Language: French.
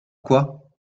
quoi